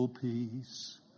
peace